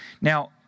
Now